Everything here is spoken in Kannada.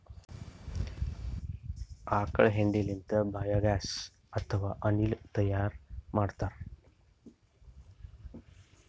ಆಕಳ್ ಹೆಂಡಿ ಲಿಂತ್ ಬಯೋಗ್ಯಾಸ್ ಅಥವಾ ಅನಿಲ್ ತೈಯಾರ್ ಮಾಡ್ತಾರ್